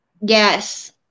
Yes